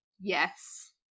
yes